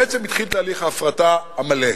בעצם, התחיל תהליך ההפרטה המלא,